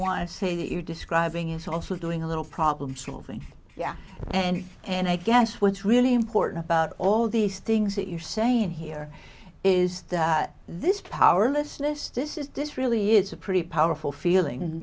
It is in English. to say that you're describing is also doing a little problem solving yeah and and i guess what's really important about all these things that you're saying here is this powerlessness this is this really is a pretty powerful feeling